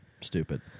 stupid